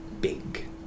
big